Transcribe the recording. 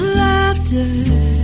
laughter